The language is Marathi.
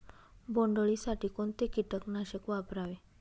बोंडअळी साठी कोणते किटकनाशक वापरावे?